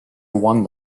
one